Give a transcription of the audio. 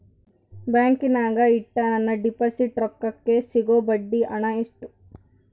ಬ್ಯಾಂಕಿನಾಗ ಇಟ್ಟ ನನ್ನ ಡಿಪಾಸಿಟ್ ರೊಕ್ಕಕ್ಕೆ ಸಿಗೋ ಬಡ್ಡಿ ಹಣ ಎಷ್ಟು?